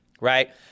Right